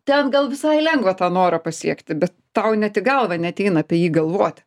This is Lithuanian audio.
ten gal visai lengva tą norą pasiekti bet tau net į galvą neateina apie jį galvoti